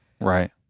Right